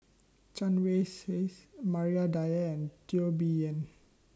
Chen Wen Hsi's Maria Dyer and Teo Bee Yen